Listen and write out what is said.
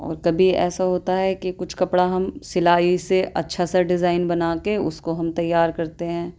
اور کبھی ایسا ہوتا ہے کہ کچھ کپڑا ہم سلائی سے اچھا سا ڈیزائن بنا کے اس کو ہم تیار کرتے ہیں